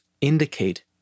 indicate